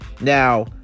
now